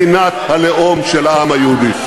מדינת הלאום של העם היהודי.